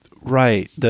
Right